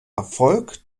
erfolg